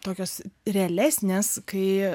tokios realesnės kai